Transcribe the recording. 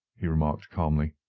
he remarked, calmly.